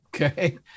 Okay